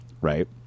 Right